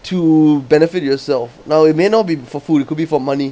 to benefit yourself now it may not be for food it could be for money